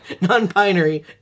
Non-binary